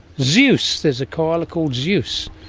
zeus, there's a koala called zeus.